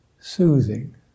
soothing